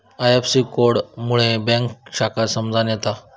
IFSC code मुळे bank शाखा समजान येता